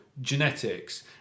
genetics